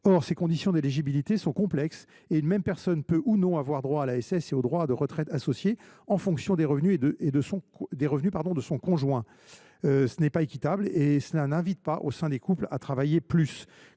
Or ses conditions d’éligibilité sont complexes, et une même personne peut, ou non, avoir droit à l’ASS et aux trimestres de retraite associés, en fonction des revenus de son conjoint. Cela n’est pas équitable et cela n’incite pas, au sein des couples, à travailler plus.